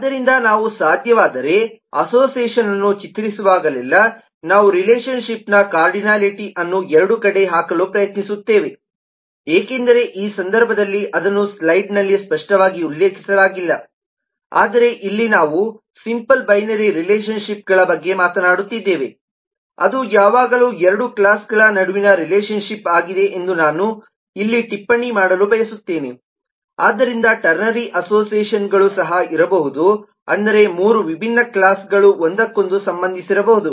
ಆದ್ದರಿಂದ ನಾವು ಸಾಧ್ಯವಾದರೆ ಅಸೋಸಿಯೇಷನ್ಅನ್ನು ಚಿತ್ರಿಸುವಾಗಲೆಲ್ಲಾ ನಾವು ರಿಲೇಶನ್ ಶಿಪ್ನ ಕಾರ್ಡಿನಲಿಟಿಅನ್ನು ಎರಡೂ ಕಡೆ ಹಾಕಲು ಪ್ರಯತ್ನಿಸುತ್ತೇವೆ ಏಕೆಂದರೆ ಈ ಸಂದರ್ಭದಲ್ಲಿ ಅದನ್ನು ಸ್ಲೈಡ್ನಲ್ಲಿ ಸ್ಪಷ್ಟವಾಗಿ ಉಲ್ಲೇಖಿಸಲಾಗಿಲ್ಲ ಆದರೆ ಇಲ್ಲಿ ನಾವು ಸಿಂಪಲ್ ಬೈನರಿ ರಿಲೇಶನ್ ಶಿಪ್ಗಳ ಬಗ್ಗೆ ಮಾತನಾಡುತ್ತಿದ್ದೇವೆ ಅದು ಯಾವಾಗಲೂ ಎರಡು ಕ್ಲಾಸ್ಗಳ ನಡುವಿನ ರಿಲೇಶನ್ ಶಿಪ್ ಆಗಿದೆ ಎಂದು ನಾನು ಇಲ್ಲಿ ಟಿಪ್ಪಣಿ ಮಾಡಲು ಬಯಸುತ್ತೇನೆ ಆದ್ದರಿಂದ ಟರ್ನರಿ ಅಸೋಸಿಯೇಷನ್ಗಳು ಸಹ ಇರಬಹುದು ಅಂದರೆ ಮೂರು ವಿಭಿನ್ನ ಕ್ಲಾಸ್ಗಳು ಒಂದಕ್ಕೊಂದು ಸಂಬಂಧಿಸಿರಬಹುದು